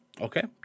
Okay